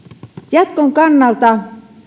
jatkon kannalta